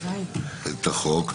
החוק.